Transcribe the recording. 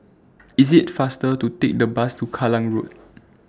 IT IS faster to Take The Bus to Kallang Road